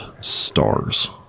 stars